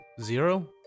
zero